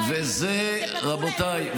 או שקבעו להם אולפנה מחוץ לבית.